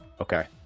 Okay